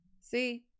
See